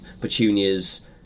Petunia's